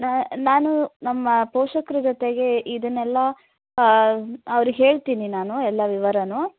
ನಾ ನಾನು ನಮ್ಮ ಪೋಷಕರ ಜೊತೆಗೆ ಇದನ್ನೆಲ್ಲ ಅವರಿಗೆ ಹೇಳ್ತೀನಿ ನಾನು ಎಲ್ಲ ವಿವರನೂ